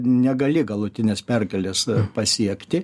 negali galutinės pergalės pasiekti